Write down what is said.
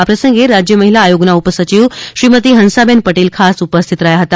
આ પ્રસંગે રાજય મહિલા આયોગના ઉપસચિવ શ્રીમતિ હંસાબહેન પટેલ ખાસ ઉપસ્થિત રહ્યા હતા